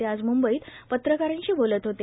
ते आज मुंबईत पत्रकारांशी बोलत होते